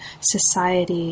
society